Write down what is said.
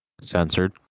Censored